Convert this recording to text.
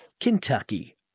Kentucky